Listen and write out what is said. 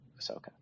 Ahsoka